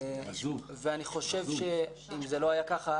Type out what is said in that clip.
אני חושב שאם זה לא היה כך,